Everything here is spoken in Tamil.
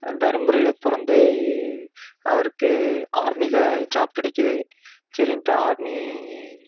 தர்மபுரியில் பிறந்து அவருக்கு ஆர்மியில் ஜாப் கிடக்கிது சரின்னுட்டு ஆர்மி